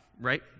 right